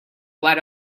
let